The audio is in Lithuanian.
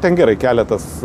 ten gerai keletas